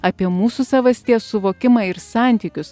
apie mūsų savasties suvokimą ir santykius